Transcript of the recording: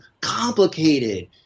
complicated